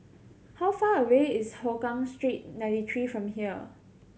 how far away is Hougang Street Ninety Three from here